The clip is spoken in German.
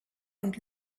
und